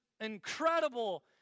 incredible